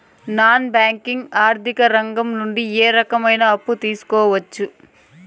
Non banking ఆర్థిక రంగం నుండి ఏ రకమైన అప్పు తీసుకోవచ్చు?